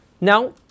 Now